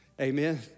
amen